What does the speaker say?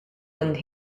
and